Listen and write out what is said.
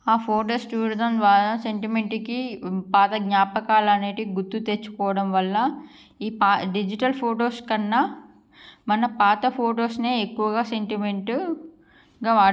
ఆ ఫొటోస్ చూడడం ద్వారా సెంటిమెంట్కి పాత జ్ఞాపకాలు అనేటివి గుర్తు తెచ్చుకోవడం వల్ల ఈ పా డిజిటల్ ఫొటోస్ కన్నా మన పాత ఫొటోస్నే ఎక్కువగా సెంటిమెంట్గా వాడుతారు